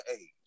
age